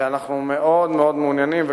ואנחנו מאוד-מאוד מעוניינים,